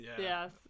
yes